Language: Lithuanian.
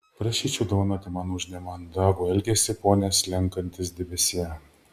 prašyčiau dovanoti man už nemandagų elgesį pone slenkantis debesie